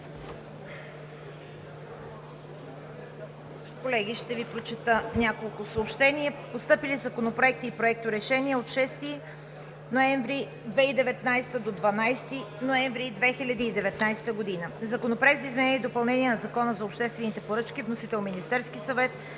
Колеги, ще Ви прочета няколко съобщения. Постъпили законопроекти и проекторешения от 6 ноември 2019 г. до 12 ноември 2019 г.: Законопроект за изменение и допълнение на Закона за обществените поръчки. Вносител е Министерският съвет.